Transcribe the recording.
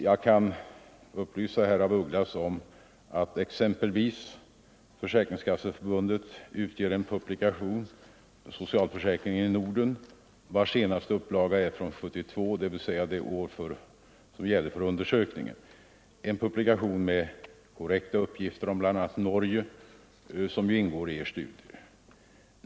Jag kan upplysa herr af Ugglas om att exempelvis Försäkringskasseförbundet utger en publikation, Socialförsäkringen i Norden, med en upplaga från 1972, dvs. det år som undersökningen avsåg. Det är en publikation med direkta uppgifter om bl.a. Norge, som ingår i er studie.